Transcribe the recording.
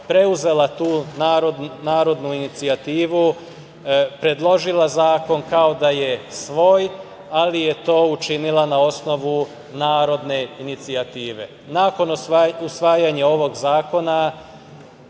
preuzela tu narodnu inicijativu, predložila zakon kao da je svoj, ali je to učinila na osnovu narodne inicijative. Nakon usvajanja ovog zakona,